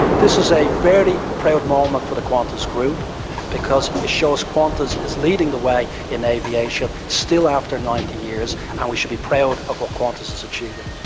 this is a very proud moment for the qantas group because it shows qantas is leading the way in aviation still, after ninety years, and we should be proud of what qantas is achieving.